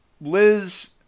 Liz